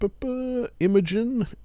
Imogen